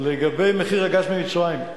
לגבי מחיר הגז ממצרים,